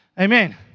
Amen